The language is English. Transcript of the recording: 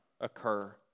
occur